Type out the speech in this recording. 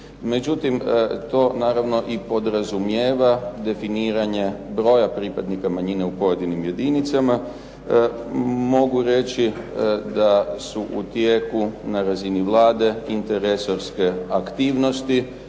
Međutim, to naravno i podrazumijeva definiranje broja pripadnika manjina u pojedinim jedinicama. Mogu reći da su u tijeku na razini Vlade inter resorske aktivnosti